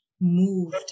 moved